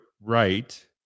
right